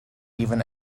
even